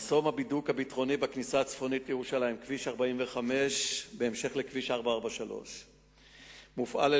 בכביש 45, מופעלות